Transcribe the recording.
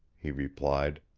he replied.